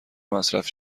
مصرف